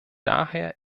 daher